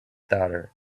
daughter